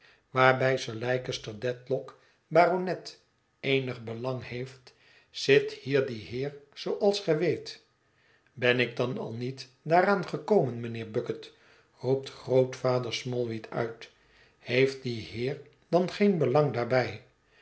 waarbij sir leicester dedlock baronet eenig belang heeft zit hier die heer zooals ge weet ben ik dan al niet daaraan gekomen mijnheer bucket roept grootvader smallweed uit heeft die heer dan geen belang daarbij